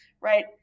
right